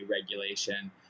regulation